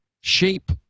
shape